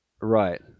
Right